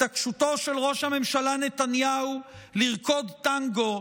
התעקשותו של ראש הממשלה נתניהו לרקוד טנגו,